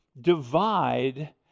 divide